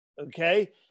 Okay